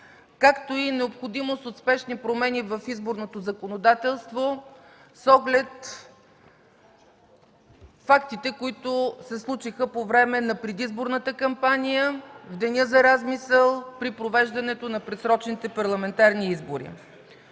както и необходимост от спешни промени в изборното законодателство с оглед фактите, които се случиха по време на предизборната кампания, в деня на размисъл при провеждането на предсрочните парламентарни избори.